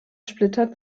splitter